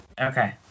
Okay